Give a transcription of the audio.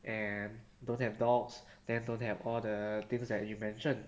and don't have dogs then don't have all the things that you mention